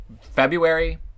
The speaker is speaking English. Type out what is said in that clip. february